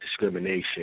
discrimination